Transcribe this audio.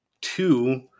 two